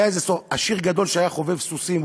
היה איזה עשיר גדול שהיה חובב סוסים,